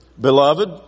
Beloved